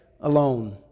alone